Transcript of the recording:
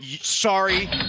Sorry